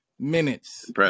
Minutes